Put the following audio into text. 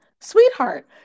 Sweetheart